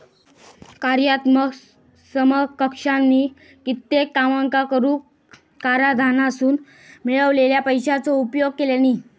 कार्यात्मक समकक्षानी कित्येक कामांका करूक कराधानासून मिळालेल्या पैशाचो उपयोग केल्यानी